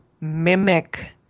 mimic